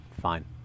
fine